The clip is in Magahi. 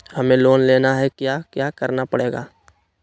हमें लोन लेना है क्या क्या करना पड़ेगा?